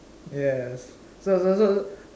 yes so so so